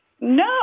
No